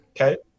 okay